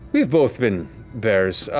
we've both been bears.